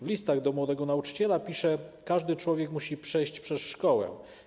W „Listach do młodego nauczyciela” pisze: „Każdy człowiek musi przejść przez szkołę.